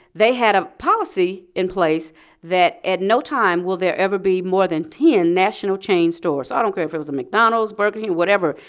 they had a policy in place that at no time will there ever be more than ten national chain stores. i don't care if it was a mcdonald's, burger king, whatever.